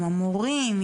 עם המורים,